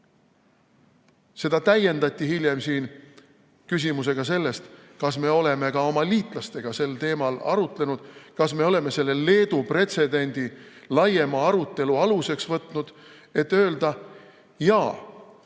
Seda täiendati hiljem küsimusega sellest, kas me oleme ka oma liitlastega sel teemal arutlenud, kas me oleme selle Leedu pretsedendi laiema arutelu aluseks võtnud, et öelda: jaa,